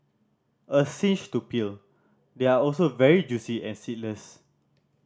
a cinch to peel they are also very juicy and seedless